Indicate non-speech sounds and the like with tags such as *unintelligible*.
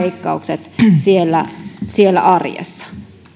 *unintelligible* leikkaukset käytännössä tarkoittavat siellä arjessa